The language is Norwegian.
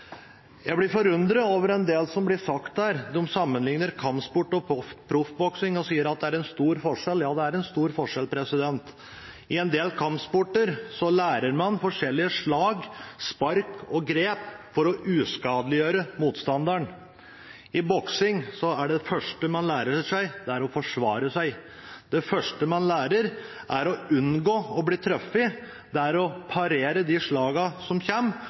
Jeg blir forundret over en del som blir sagt her. De sammenligner kampsport og proffboksing og sier at det er en stor forskjell. Det er stor forskjell: I en del kampsporter lærer man forskjellige slag, spark og grep for å uskadeliggjøre motstanderen. Det første man lærer seg i boksing, er å forsvare seg. Det første man lærer, er å unngå å bli truffet, å parere og unnvike de slagene som kommer. Derfor blir det, som representanten Thomsen sa, kalt «the noble art of self-defense», for det er